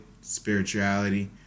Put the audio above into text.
spirituality